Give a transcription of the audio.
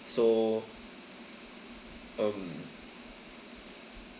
so um